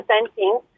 presenting